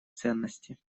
ценности